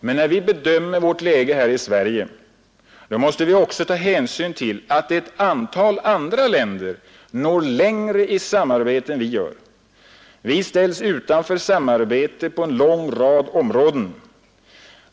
Men när vi bedömer vårt läge här i Sverige måste vi också ta hänsyn till att ett antal andra länder når längre i samarbete än vi gör. Vi ställs utanför samarbetet på en lång rad områden.